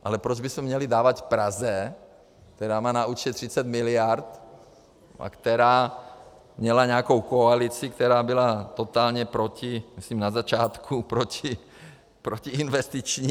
Ale proč bychom měli dávat Praze, která má na účtě 30 mld. a která měla nějakou koalici, která byla totálně proti... myslím na začátku proti, protinvestiční.